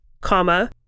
comma